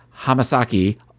Hamasaki